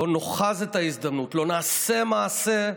לא ניאחז בהזדמנות, לא נעשה מעשה,